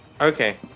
okay